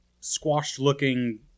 squashed-looking